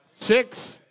six